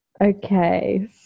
Okay